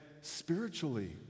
spiritually